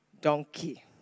donkey